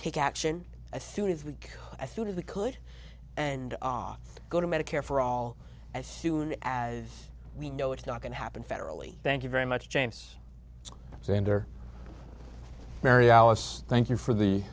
take action as soon as we can as soon as we could and our go to medicare for all as soon as we know it's not going to happen federally thank you very much james sander mary alice thank you for the